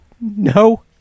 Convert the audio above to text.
no